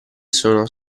sono